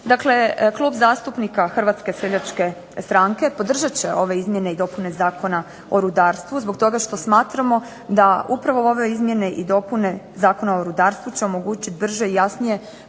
Dakle, Klub zastupnika Hrvatske seljačke stranke podržat će ove izmjene i dopune Zakona u rudarstvu zbog toga što smatramo da upravo ove izmjene i dopune Zakona o rudarstvu će omogućiti brže i jasnije